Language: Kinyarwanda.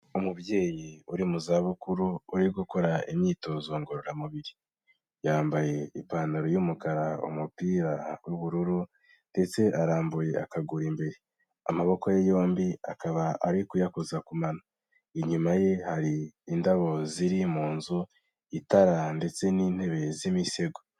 Umubyeyi uri mu zabukuru uri gukora imyitozo ngororamubiri, yambaye ipantaro y'umukara umupira w'ubururu ndetse arambuye akaguru imbere, amaboko ye yombi akaba ari kuyakoza ku mano, inyuma ye hari indabo ziri mu nzu itara ndetse n'intebe z'imisego.